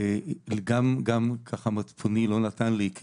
כי מצפוני לא נתן לי,